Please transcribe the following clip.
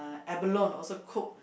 abalone also cook